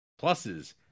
Pluses